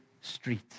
street